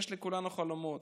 יש לכולנו חלומות.